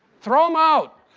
throw them out!